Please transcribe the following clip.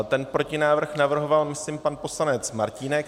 Ten návrh navrhoval myslím pan poslanec Martínek.